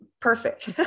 perfect